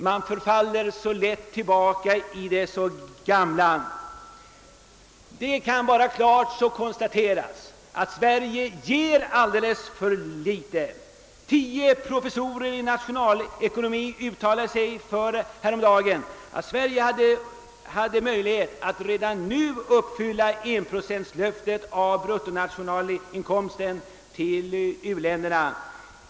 Man faller så lätt tillbaka i det gamla. Det kan bara klart konstateras att Sverige ger alldeles för litet. Tio professorer i nationalekonomi uttalade häromdagen att vi redan nu har möjlighet att ge 1 procent av bruttonationalinkomsten till u-länderna.